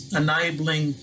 enabling